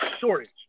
shortage